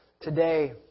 today